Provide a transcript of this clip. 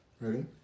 Ready